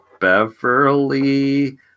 beverly